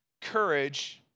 courage